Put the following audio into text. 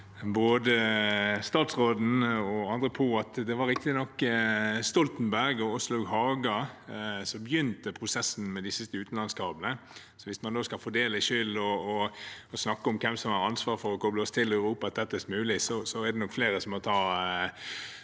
statsråden og andre på at det var Stoltenberg og Åslaug Haga som startet prosessen med de siste utenlandskablene. Hvis man skal fordele skyld og snakke om hvem som har ansvar for å koble oss tettest mulig til Europa, er det nok flere som må